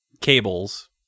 cables